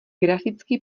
grafický